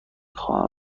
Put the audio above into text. خواهم